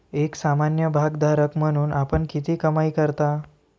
एक सामान्य भागधारक म्हणून आपण किती कमाई करता?